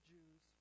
Jews